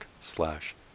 slash